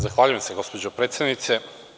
Zahvaljujem se, gospođo predsednice.